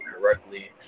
correctly